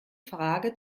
frage